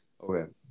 Okay